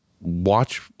watch